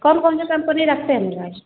कौन कौन सी कम्पनी रखते हैं मोबाइल